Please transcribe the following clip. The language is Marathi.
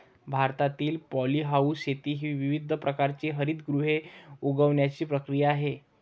भारतातील पॉलीहाऊस शेती ही विविध प्रकारची हरितगृहे उगवण्याची प्रक्रिया आहे